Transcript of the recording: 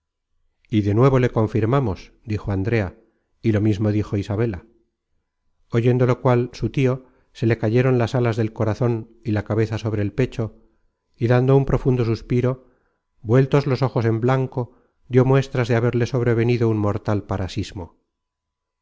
y de nuevo le confirmamos dijo andrea y lo mismo dijo isabela oyendo lo cual su tio se le cayeron las alas del corazon y la cabeza sobre el pecho y dando un profundo suspiro vueltos los ojos en blanco dió muestras de haberle sobrevenido un mortal